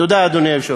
תודה, אדוני היושב-ראש.